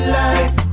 life